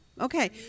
Okay